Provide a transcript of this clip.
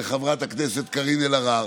לחברת הכנסת קארין אלהרר,